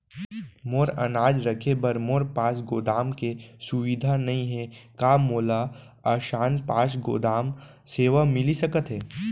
मोर अनाज रखे बर मोर पास गोदाम के सुविधा नई हे का मोला आसान पास गोदाम सेवा मिलिस सकथे?